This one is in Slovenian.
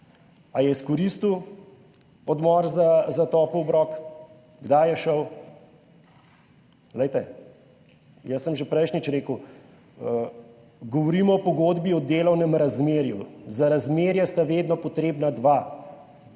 je izkoristil odmor za topel obrok, kdaj je šel. Glejte, jaz sem že prejšnjič rekel, govorimo o pogodbi o delovnem razmerju. Za razmerje sta vedno potrebna dva,